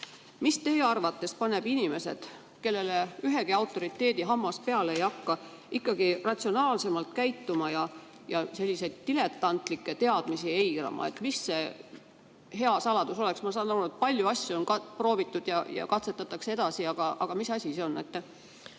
Mis teie arvates paneb inimesed, kellele ühegi autoriteedi hammas peale ei hakka, ikkagi ratsionaalsemalt käituma ja selliseid diletantlikke [seisukohti] eirama? Mis see hea lahendus oleks? Ma saan aru, et palju asju on proovitud ja katsetatakse edasi, aga mis see